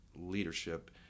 leadership